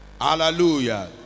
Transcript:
hallelujah